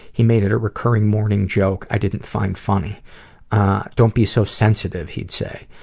he made it a recurring morning joke i didn't find funny don't be so sensitive he'd say.